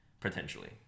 potentially